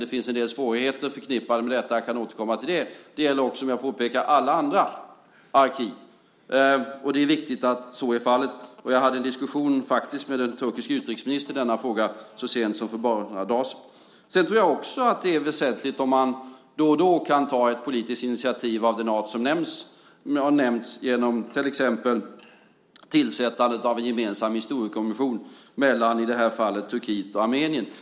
Det finns en del svårigheter förknippade med detta, jag kan återkomma till det. Men det gäller också, som jag påpekar, alla andra arkiv. Det är viktigt att så är fallet, och jag hade faktiskt en diskussion med den turkiske utrikesministern i denna fråga så sent som för bara några dagar sedan. Sedan tror jag också att det är väsentligt om man då och då kan ta ett politiskt initiativ av det slag som har nämnts, genom till exempel tillsättandet av en gemensam historiekommission mellan i det här fallet Turkiet och Armenien.